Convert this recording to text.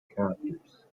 characters